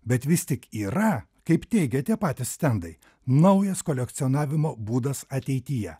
bet vis tik yra kaip teigiate patys stendai naujas kolekcionavimo būdas ateityje